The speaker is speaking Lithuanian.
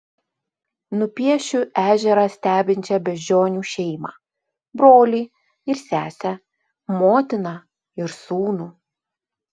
nupiešiu ežerą stebinčią beždžionių šeimą brolį ir sesę motiną ir sūnų